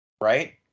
right